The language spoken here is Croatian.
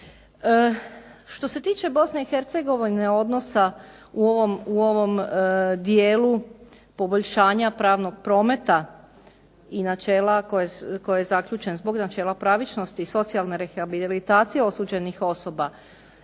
Što se tiče Bosne i Hercegovine odnosa u ovom dijelu poboljšanja pravnog prometa i načela koje je zaključen zbog načela pravičnosti socijalne rehabilitacije osuđenih osoba,